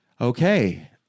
Okay